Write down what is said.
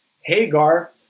Hagar